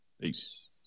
Peace